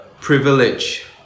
privilege